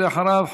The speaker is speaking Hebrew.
ואחריו,